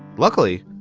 luckily,